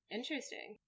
Interesting